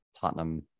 Tottenham